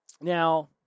Now